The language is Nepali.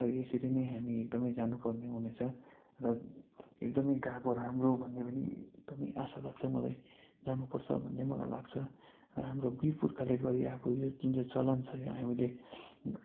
र यसरी नै हामी एकदमै जानु पर्ने हुनेछ र एकदमै गएको राम्रो भन्ने पनि एकदमै आशा लाग्छ मलाई जानुपर्छ भन्ने मलाई लाग्छ र हाम्रो वीर पुर्खाले गरी आएको यो जुन चाहिँ चलन छ हामीले